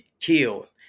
killed